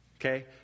Okay